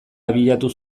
abiatuko